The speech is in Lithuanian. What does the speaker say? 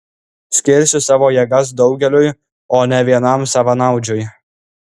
skirsiu savo jėgas daugeliui o ne vienam savanaudžiui